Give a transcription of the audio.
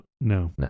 No